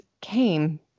came